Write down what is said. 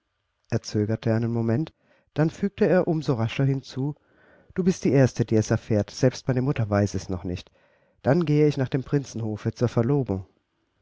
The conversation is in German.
er zögerte einen moment dann fügte er um so rascher hinzu du bist die erste die es erfährt selbst meine mutter weiß es noch nicht dann gehe ich nach dem prinzenhofe zur verlobung